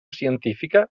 científica